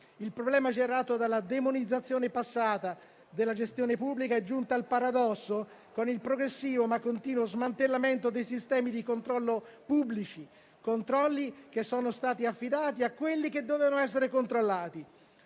Il problema generato dalla demonizzazione passata della gestione pubblica è giunto al paradosso con il progressivo ma continuo smantellamento dei sistemi di controllo pubblici, controlli che sono stati affidati a quelli che dovevano essere controllati.